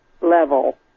level